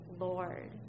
Lord